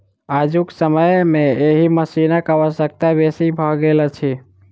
आजुक समय मे एहि मशीनक आवश्यकता बेसी भ गेल अछि